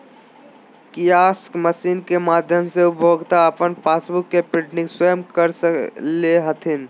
kiosk machine के माध्यम से उपभोक्ता अपन पासबुक के प्रिंटिंग स्वयं कर ले हथिन